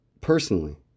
personally